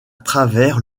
travers